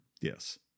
Yes